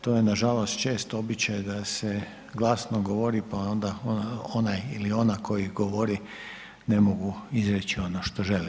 To je nažalost često običaj da se glasno govori pa onda onaj ili ona koji govori ne mogu izreći ono što žele.